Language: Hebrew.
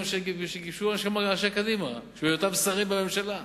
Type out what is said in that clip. שהגישו אנשי קדימה בהיותם שרים בממשלה.